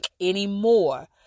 anymore